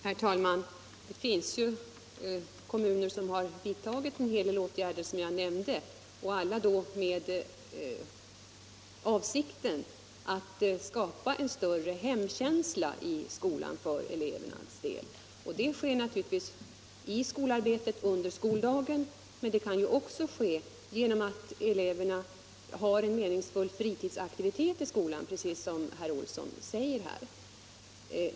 Herr talman! Det finns, som jag nämnde, kommuner som har vidtagit en hel del åtgärder, alla i avsikt att skapa en större hemkänsla i skolan för eleverna. Det sker naturligtvis i skolarbetet under skoldagen men det kan också åstadkommas genom att eleverna char en meningsfull fritidsaktivitet i skolan, som herr Olsson i Edane säger.